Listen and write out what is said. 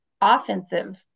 offensive